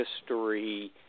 history